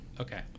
Okay